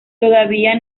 todavía